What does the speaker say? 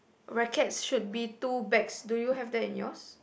rackets should be two bags do you have that in yours